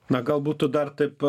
na gal būtų dar taip